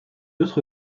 autre